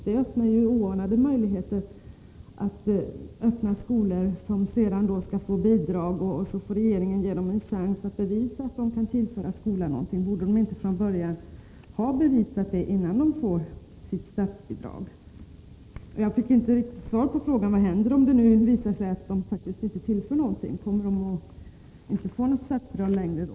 Det ger oanade möjligheter att öppna skolor som skall få statsbidrag, och sedan ger regeringen dem en chans att bevisa att de kan tillföra skolan någonting. Borde de inte från början ha bevisat det, innan de fått sitt statsbidrag? Jag fick inte svar på frågan om vad som händer, om det nu visar sig att de inte tillför någonting. Får de inte längre något statsbidrag då?